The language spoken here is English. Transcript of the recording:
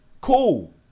Cool